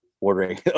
ordering